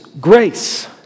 grace